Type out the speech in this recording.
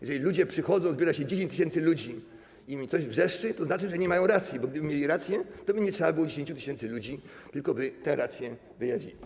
Jeżeli ludzie przychodzą, zbiera się 10 tys. ludzi i coś wrzeszczy, to znaczy, że nie mają racji, bo gdyby mieli rację, toby nie trzeba było 10 tys. ludzi, tylko by tę rację wyjawili.